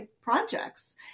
projects